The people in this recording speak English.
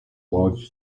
large